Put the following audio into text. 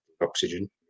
oxygen